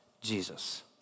Jesus